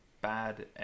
bad